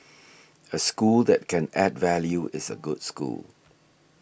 a school that can add value is a good school